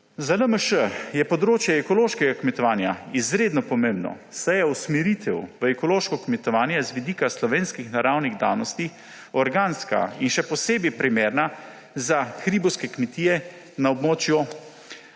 Za LMŠ je področje ekološkega kmetovanja izredno pomembno, saj je usmeritev v ekološko kmetovanje z vidika slovenskih naravnih danosti organska in še posebej primerna za hribovske kmetije na območju